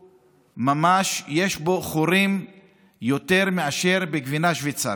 ממש יש בו יותר חורים מאשר בגבינה שווייצרית.